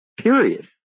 Period